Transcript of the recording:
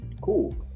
cool